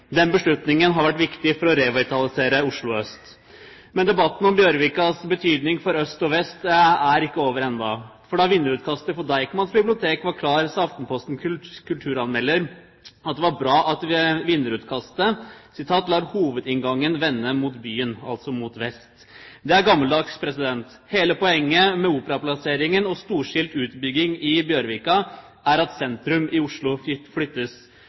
den beste beslutningen. Den beslutningen har vært viktig for å revitalisere Oslo øst. Men debatten om Bjørvikas betydning for øst og vest er ikke over ennå. Da vinnerutkastet for Deichmanske bibliotek var klart, sa Aftenpostens kulturanmelder at det var bra at vinnerutkastet «lar hovedinngangen vende mot byen», altså mot vest. Det er gammeldags. Hele poenget med operaplasseringen og storstilt utbygging i Bjørvika er at sentrum i Oslo flyttes,